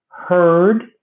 heard